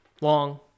long